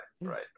right